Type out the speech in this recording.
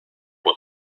what